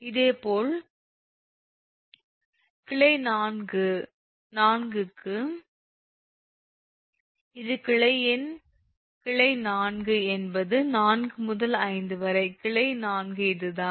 இதேபோல் கிளை 4 க்கு இது கிளை 4 என்பது 4 முதல் 5 வரை கிளை 4 இதுதான்